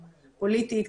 פוליטית,